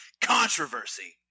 Controversy